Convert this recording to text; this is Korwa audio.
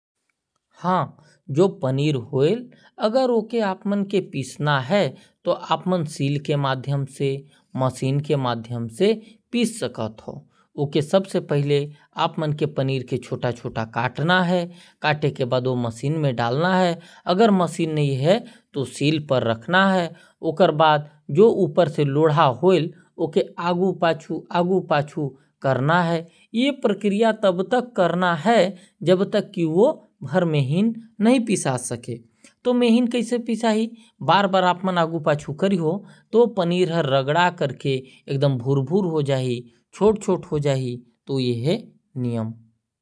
हां अगर पनीर ल पीसना है। तो पनीर ल सील के माध्यम से लोढ़ा ल आगे पाछु करके पीस सकत ह। या मशीन के माध्यम से भी पीस सकत ह। तो ये प्रकार से हम पनीर ल पीस सकत ही।